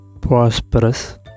prosperous